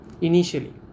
initially